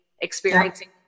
experiencing